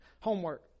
Homework